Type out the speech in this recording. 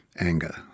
anger